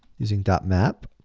using map.